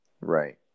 Right